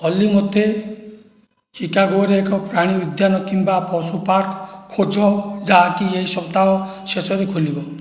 ଅଲି ମୋତେ ଚିକାଗୋରେ ଏକ ପ୍ରାଣୀ ଉଦ୍ୟାନ କିମ୍ବା ପଶୁ ପାର୍କ ଖୋଜ ଯାହାକି ଏହି ସପ୍ତାହ ଶେଷରେ ଖୋଲିବ